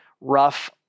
rough